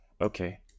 Okay